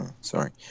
Sorry